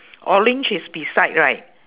orange is beside right